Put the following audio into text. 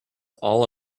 all